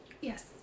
Yes